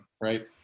right